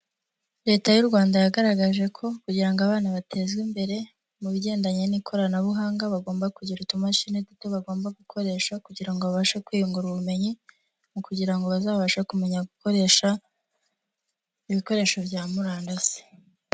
Leta y'u Rwanda yagaragaje ko kugira ngo abana batezwe imbere mu bigendanye n'ikoranabuhanga, bagomba kugira utumashini duto bagomba gukoresha kugira ngo babashe kwiyungura ubumenyi, mu kugira ngo bazabashe kumenya gukoresha, ibikoresho bya murandasi.